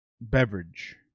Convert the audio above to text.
beverage